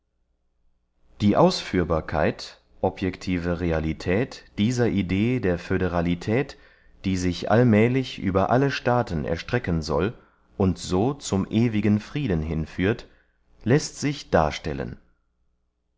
die ausführbarkeit objective realität dieser idee der föderalität die sich allmählig über alle staaten erstrecken soll und so zum ewigen frieden hinführt läßt sich darstellen